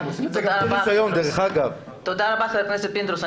תודה רבה ח"כ פינדרוס.